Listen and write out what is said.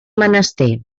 menester